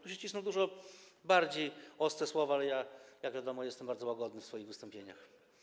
Tu się cisną dużo bardziej ostre słowa, ale ja, jak wiadomo, jestem bardzo łagodny w swoich wystąpieniach.